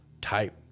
type